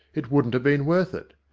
it wouldn't have been worth it.